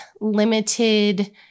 limited